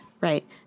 right